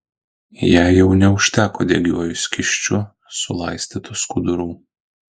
jai jau neužteko degiuoju skysčiu sulaistytų skudurų